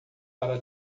para